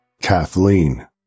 Kathleen